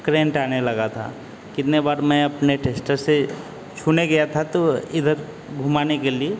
current आने लगा था कितने बार मैं अपने टेस्टर से छूने गया था तो इधर घुमाने के लिए